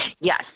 Yes